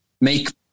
make